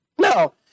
no